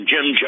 Jim